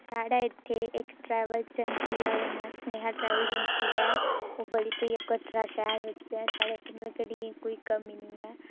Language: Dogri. साढ़ै इत्थै इक ट्रैवल एजेंसी ऐ ओह्दा नां सनेहा ट्रैवल एजेंसी ऐ ओह् बड़ी स्हेई ऐ कटड़ा शैहर बिच ऐ साढ़े इत्थै मतलब गड्डियें दी कोई कमी नी ऐ